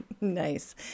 Nice